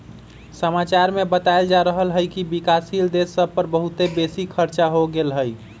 समाचार में बतायल जा रहल हइकि विकासशील देश सभ पर बहुते बेशी खरचा हो गेल हइ